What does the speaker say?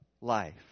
life